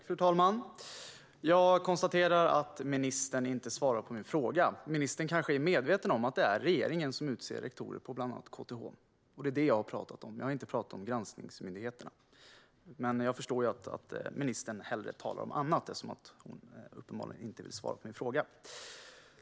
Fru talman! Jag konstaterar att ministern inte svarar på min fråga. Ministern är kanske medveten om att det är regeringen som utser rektorer för bland annat KTH. Det är det som jag har pratat om. Jag har inte pratat om granskningsmyndigheterna. Men jag förstår ju att ministern hellre talar om annat eftersom hon uppenbarligen inte vill svara på min fråga.